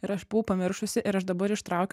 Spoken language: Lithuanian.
ir aš buvau pamiršusi ir aš dabar ištraukiu